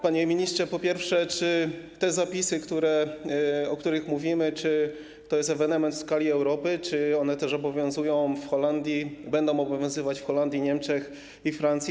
Panie ministrze, po pierwsze, czy te zapisy, o których mówimy, to jest ewenement w skali Europy, czy one też obowiązują w Holandii, będą obowiązywać w Holandii, w Niemczech i we Francji?